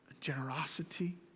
generosity